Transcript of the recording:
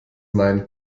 nein